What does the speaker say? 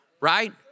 right